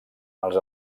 els